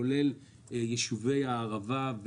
כולל יישובי הערבה,